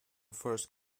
first